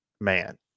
man